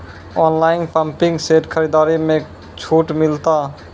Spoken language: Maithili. ऑनलाइन पंपिंग सेट खरीदारी मे छूट मिलता?